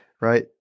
Right